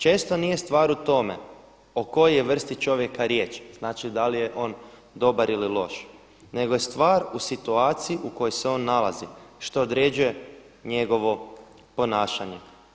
Često nije stvar u tome o kojoj je vrsti čovjeka riječ, znači da li je on dobar ili loš, nego je stvar u situaciji u kojoj se on nalazi što određuje njegovo ponašanje.